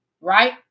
Right